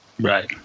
right